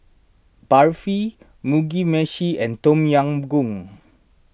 Barfi Mugi Meshi and Tom Yam Goong